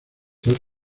para